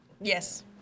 Yes